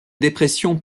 dépression